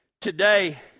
Today